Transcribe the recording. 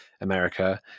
america